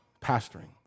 pastoring